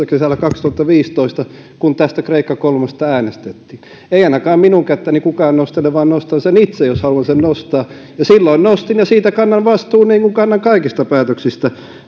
kesällä kaksituhattaviisitoista kun tästä kreikka kolmesta äänestettiin ei ainakaan minun kättäni kukaan nostele vaan nostan sen itse jos haluan sen nostaa ja silloin nostin ja siitä kannan vastuun niin kuin kannan kaikista päätöksistä